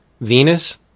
Venus